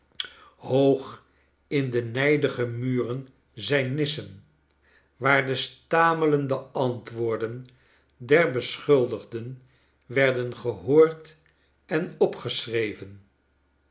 hoog in de nijdige muren zijn nissen waar de stamelende antwoorden der beschuldigden werden gehoord en opgeschreven